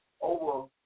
over